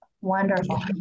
Wonderful